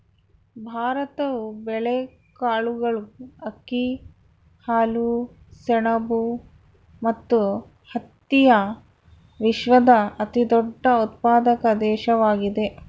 ಭಾರತವು ಬೇಳೆಕಾಳುಗಳು, ಅಕ್ಕಿ, ಹಾಲು, ಸೆಣಬು ಮತ್ತು ಹತ್ತಿಯ ವಿಶ್ವದ ಅತಿದೊಡ್ಡ ಉತ್ಪಾದಕ ದೇಶವಾಗಿದೆ